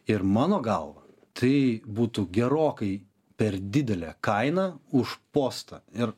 ir mano galva tai būtų gerokai per didelė kaina už postą ir